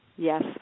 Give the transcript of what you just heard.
Yes